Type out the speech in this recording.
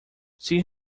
see